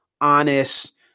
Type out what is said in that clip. honest